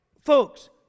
Folks